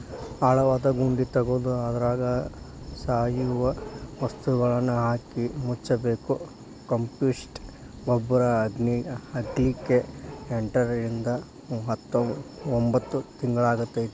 ಆಳವಾದ ಗುಂಡಿ ತಗದು ಅದ್ರಾಗ ಸಾವಯವ ವಸ್ತುಗಳನ್ನಹಾಕಿ ಮುಚ್ಚಬೇಕು, ಕಾಂಪೋಸ್ಟ್ ಗೊಬ್ಬರ ಆಗ್ಲಿಕ್ಕೆ ಎಂಟರಿಂದ ಒಂಭತ್ ತಿಂಗಳಾಕ್ಕೆತಿ